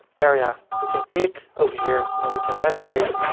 area, we can click over here and then we can navigate,